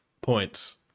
points